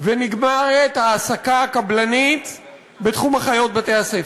ונגמרת ההעסקה הקבלנית בתחום אחיות בתי-הספר.